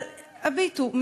אבל הביטו,